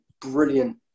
brilliant